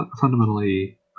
fundamentally